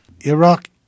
Iraq